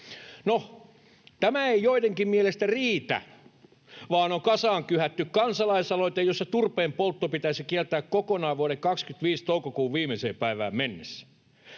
No, tämä ei joidenkin mielestä riitä, vaan on kasaan kyhätty kansalaisaloite, että turpeen poltto pitäisi kieltää kokonaan vuoden 25 toukokuun viimeiseen päivään mennessä.